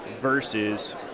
versus